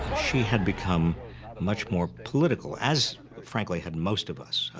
she had become much more political, as frankly had most of us.